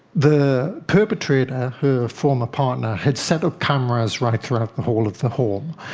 the perpetrator, her former partner, had set up cameras right throughout the whole of the home.